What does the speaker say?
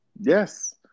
Yes